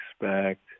expect